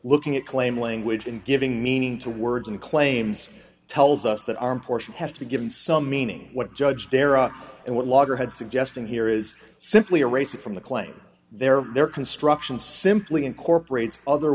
looking at claim language and giving meaning to words and claims tells us that are important has to be given some meaning what judge terre and what loggerhead suggesting here is simply a race it from the claim they're there construction simply incorporates other